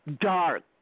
dark